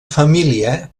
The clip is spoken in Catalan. família